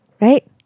Right